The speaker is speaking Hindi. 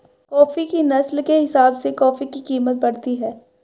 कॉफी की नस्ल के हिसाब से कॉफी की कीमत बढ़ती है